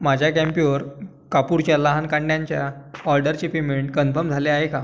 माझ्या कॅम्प्युअर कापूरच्या लहान कांड्यांच्या ऑर्डरचे पेमेंट कन्फम् झाले आहे का